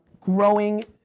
growing